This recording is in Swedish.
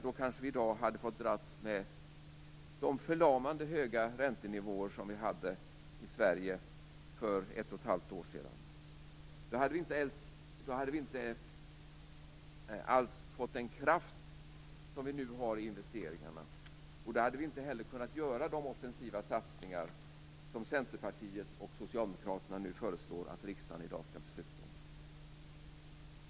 Då hade vi kanske i dag fått dras med de förlamande höga räntenivåer som vi hade i Sverige för ett och ett halvt år sedan. Då hade vi inte alls fått den kraft som vi nu har i investeringarna. Och då hade vi inte heller kunnat göra de offensiva satsningar som Centerpartiet och Socialdemokraterna föreslår att riksdagen i dag skall besluta om.